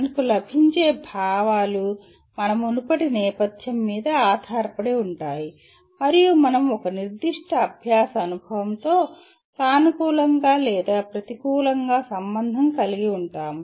మనకు లభించే భావాలు మన మునుపటి నేపథ్యం మీద ఆధారపడి ఉంటాయి మరియు మనం ఒక నిర్దిష్ట అభ్యాస అనుభవంతో సానుకూలంగా లేదా ప్రతికూలంగా సంబంధం కలిగి ఉంటాము